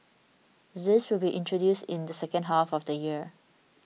this will be introduced in the second half of the year